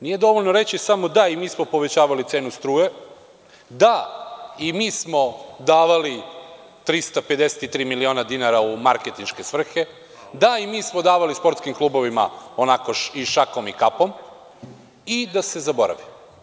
Nije dovoljno reći samo – da, i mi smo povećali cenu struje, da, i mi smo davali 353 miliona dinara u marketinške svrhe, da, i mi smo davali sportskim klubovima i šakom i kapom, i da se zaboravi.